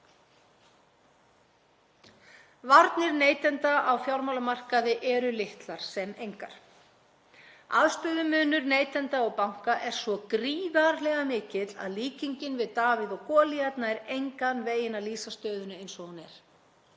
Varnir neytenda á fjármálamarkaði eru litlar sem engar. Aðstöðumunur neytenda og banka er svo gríðarlega mikill að líkingin við Davíð og Golíat nær engan veginn að lýsa stöðunni eins og hún er.